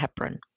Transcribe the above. heparin